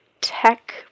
tech